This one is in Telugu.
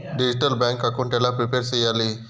డిజిటల్ బ్యాంకు అకౌంట్ ఎలా ప్రిపేర్ సెయ్యాలి?